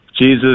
Jesus